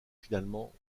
finalement